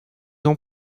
ans